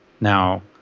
Now